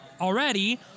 already